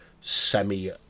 semi